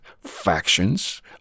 factions